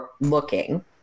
looking